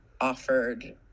offered